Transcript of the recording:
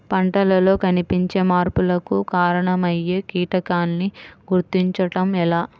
పంటలలో కనిపించే మార్పులకు కారణమయ్యే కీటకాన్ని గుర్తుంచటం ఎలా?